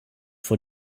for